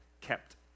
kept